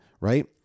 right